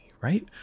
right